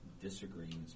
disagreements